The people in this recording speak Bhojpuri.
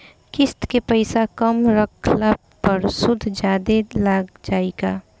किश्त के पैसा कम रखला पर सूद जादे लाग जायी का?